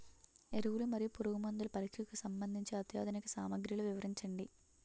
ఎరువులు మరియు పురుగుమందుల పరీక్షకు సంబంధించి అత్యాధునిక సామగ్రిలు వివరించండి?